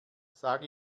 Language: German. sag